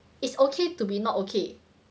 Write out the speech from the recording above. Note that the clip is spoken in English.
it's okay to be not okay